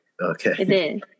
Okay